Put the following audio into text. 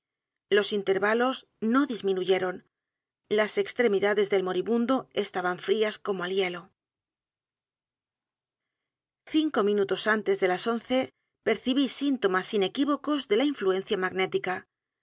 los intervalos no disminuyeron las extremidades del moribundo estaban frías como el hielo cinco minutos antes de las once percibí síntomas inequívocos de la influencia magnética